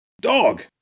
dog